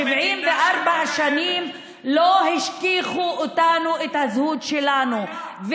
74 שנים לא השכיחו מאיתנו את הזהות שלנו.